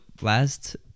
last